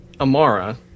Amara